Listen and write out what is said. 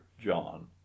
John